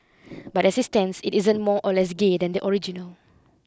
but it stands it isn't more or less gay than the original